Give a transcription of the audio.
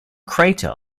crater